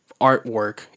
artwork